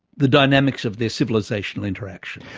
the dynamics of their civilisational interaction.